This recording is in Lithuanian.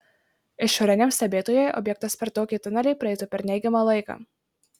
išoriniam stebėtojui objektas per tokį tunelį praeitų per neigiamą laiką